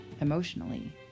emotionally